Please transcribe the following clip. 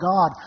God